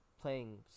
playing